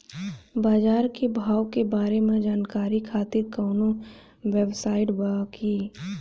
बाजार के भाव के बारे में जानकारी खातिर कवनो वेबसाइट बा की?